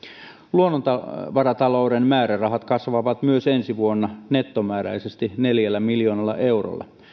luonnonvaratalouden määrärahat kasvavat myös ensi vuonna nettomääräisesti neljällä miljoonalla eurolla